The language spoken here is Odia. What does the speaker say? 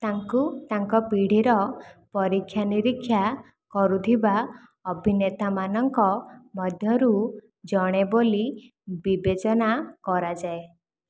ତାଙ୍କୁ ତାଙ୍କ ପିଢ଼ିର ପରୀକ୍ଷା ନିରୀକ୍ଷା କରୁଥିବା ଅଭିନେତାମାନଙ୍କ ମଧ୍ୟରୁ ଜଣେ ବୋଲି ବିବେଚନା କରାଯାଏ